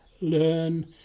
learn